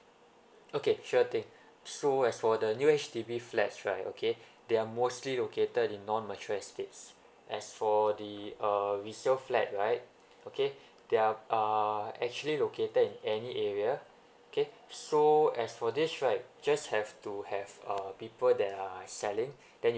okay sure thing so as for the new H_D_B flats right okay they're mostly located in non mature estates as for the uh resale flat right okay they are uh actually located in any area okay so as for this right just have to have uh people that are selling then